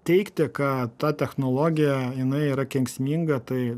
teigti kad ta technologija jinai yra kenksminga tai